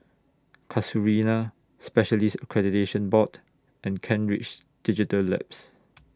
Casuarina Specialists Accreditation Board and Kent Ridge Digital Labs